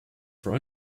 for